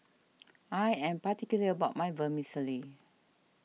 I am particular about my Vermicelli